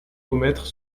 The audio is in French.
commettre